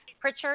Pritchard